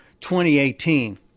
2018